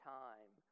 time